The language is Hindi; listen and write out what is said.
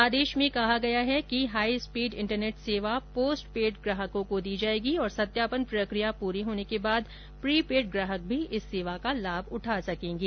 ओदश में कहा गया है कि हाईस्पीड इंटरनेट सेवा पोस्टपेड ग्राहकों को दी जाएगी और सत्यापन प्रक्रिया पूरी होने के बाद प्री पेड ग्राहक भी इस सेवा का लाभ उठा सकेंगे